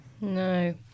No